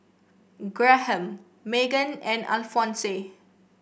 Graham Meggan and Alfonse